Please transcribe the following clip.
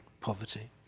poverty